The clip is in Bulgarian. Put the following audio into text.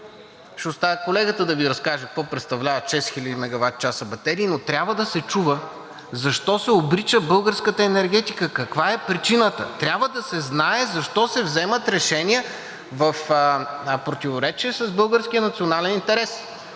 Ще оставя колегата да Ви разкаже какво представляват шест хиляди мегаватчаса батерии, но трябва да се чува защо се обрича българската енергетика. Каква е причината? Трябва да се знае защо се вземат решения в противоречие с българския национален интерес.